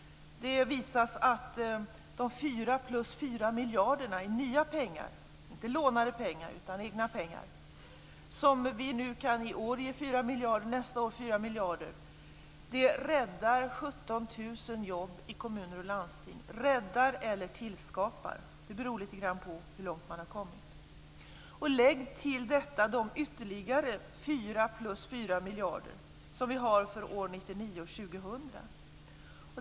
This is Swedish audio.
Det visas att de 4 plus 4 miljarderna i nya pengar - inte lånade pengar utan egna pengar - som vi nu kan ge, med 4 miljarder i år och 4 miljarder nästa år, räddar 17 000 jobb i kommuner och landsting. De räddar eller tillskapar jobb; det beror litet på hur långt man har kommit. Lägg till detta ytterligare 4 plus 4 miljarder för åren 1999 och 2000.